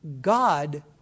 God